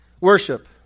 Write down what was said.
worship